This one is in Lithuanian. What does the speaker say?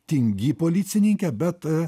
tingi policininkė bet